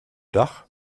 dach